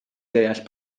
deall